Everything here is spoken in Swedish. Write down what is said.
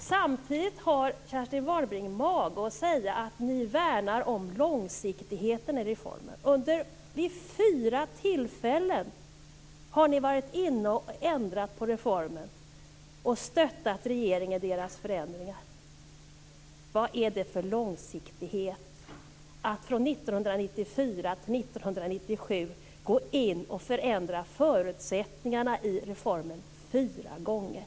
Samtidigt har Kerstin Warnerbring mage att säga att ni värnar om långsiktigheten i reformen. Vid fyra tillfällen har ni varit inne och ändrat på reformen och stött regeringen i deras förändringar. Vad är det för långsiktighet att från 1994 till 1997 gå in och förändra förutsättningarna i reformen fyra gånger?